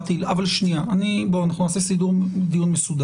אבל בוא נעשה דיון מסודר.